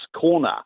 Corner